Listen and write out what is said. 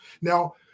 Now